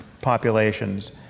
populations